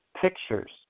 pictures